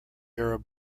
arab